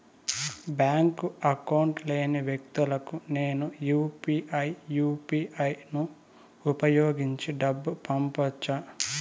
Bank account లేని వ్యక్తులకు నేను యు పి ఐ యు.పి.ఐ ను ఉపయోగించి డబ్బు పంపొచ్చా?